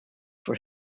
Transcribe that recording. for